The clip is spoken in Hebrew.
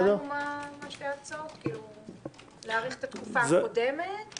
הבנו מה שתי ההצעות, להאריך את התקופה הקודמת